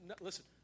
listen